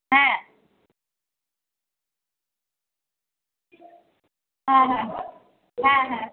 হ্যাঁ হ্যাঁ হ্যাঁ হ্যাঁ হ্যাঁ